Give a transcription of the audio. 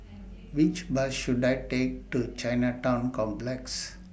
Which Bus should I Take to Chinatown Complex